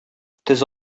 тез